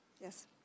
Yes